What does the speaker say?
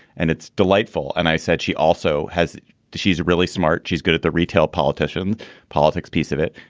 and it's delightful. and i said, she also has she's really smart. she's good at the retail politician politics piece of it.